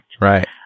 Right